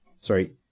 sorry